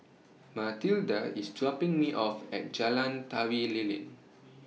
Matilda IS dropping Me off At Jalan Tari Lilin